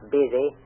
busy